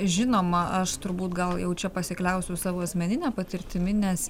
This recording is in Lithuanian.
žinoma aš turbūt gal jau čia pasikliausiu savo asmenine patirtimi nes